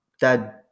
dad